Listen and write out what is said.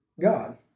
God